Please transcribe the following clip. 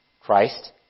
Christ